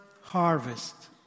harvest